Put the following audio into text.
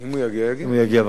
אם הוא יגיע, יגיע.